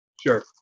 Sure